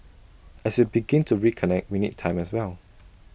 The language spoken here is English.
as we begin to reconnect we need time as well